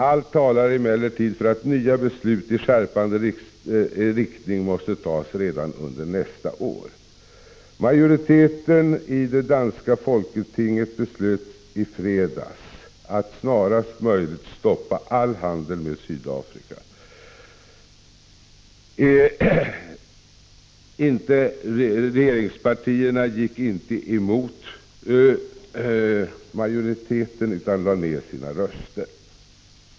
Allt talar emellertid för att nya beslut i skärpande riktning måste tas redan under nästa år. Majoriteten i det danska folketinget beslöt i fredags att föreslå regeringen att snarast möjligt stoppa all handel med Sydafrika. Regeringspartierna gick inte emot majoriteten, utan lade ned sina röster.